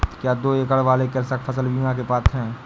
क्या दो एकड़ वाले कृषक फसल बीमा के पात्र हैं?